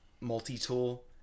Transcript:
multi-tool